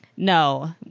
No